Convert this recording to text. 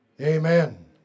Amen